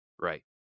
right